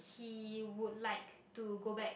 he would like to go back